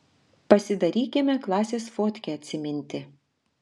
pasidarykime klasės fotkę atsiminti